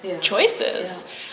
choices